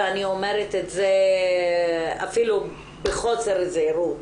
ואני אומרת את זה אפילו בחוסר זהירות.